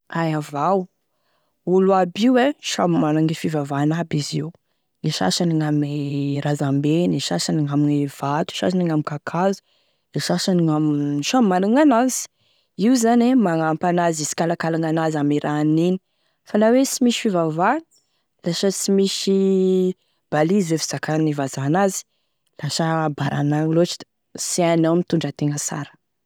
Aia avao, olo aby io e, samy managny e fivavahany aby io, gne sasany ame razambeny, gne sasany ame vato, gne sasany ame kakazo, e sasany ame, samby managny gn'azy, io zany manampy an'azy hisikalakalagny an'azy ame raha aniny, fa la hoe sy misy fivavahany, lasa hoe sy misy balise hoy e fizakane vazaha an'azy lasa baranahagny loatry da sy hainao mitondra tena sara.